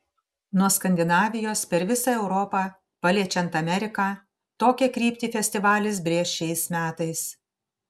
nuo skandinavijos per visą europą paliečiant ameriką tokią kryptį festivalis brėš šiais metais